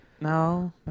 No